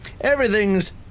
Everything's